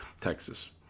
Texas